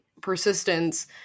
Persistence